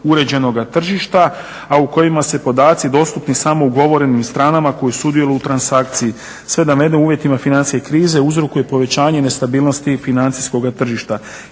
uređenog tržišta a u kojima se podaci dostupni samougovorenim stranama koji sudjeluju u transakciji. Sve … financijske krize uzrokuje povećanje nestabilnosti financijskoga tržišta.